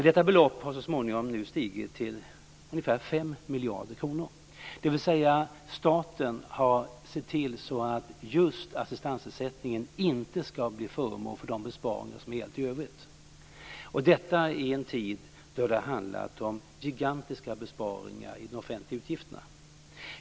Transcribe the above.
Detta belopp har nu stigit till ungefär 5 miljarder kronor, dvs. staten har sett till så att just assistansersättningen inte skall bli föremål för de besparingar som gällt i övrigt. Och detta i en tid då det handlat om gigantiska besparingar i de offentliga utgifterna.